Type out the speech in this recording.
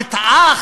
שהרג את האח,